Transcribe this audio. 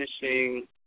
finishing